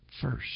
first